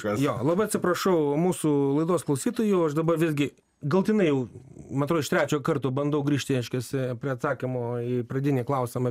kad jo labai atsiprašau mūsų laidos klausytojų o aš dabar visgi galutinai jau man atro iš trečio karto bandau grįžti reiškiasi prie atsakymo į pradinį klausimą